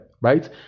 right